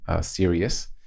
serious